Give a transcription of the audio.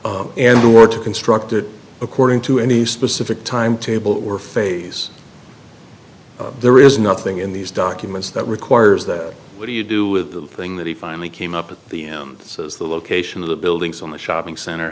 size and the words are constructed according to any specific timetable or phase there is nothing in these documents that requires that what do you do with the thing that he finally came up with the emphasis the location of the buildings on the shopping cent